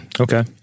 okay